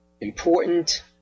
important